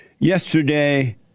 Yesterday